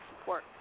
support